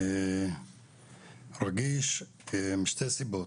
רגיש משתי סיבות,